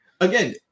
again